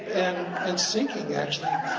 and and sinking, actually.